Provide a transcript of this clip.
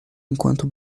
enquanto